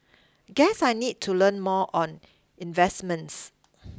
guess I need to learn more on investments